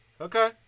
okay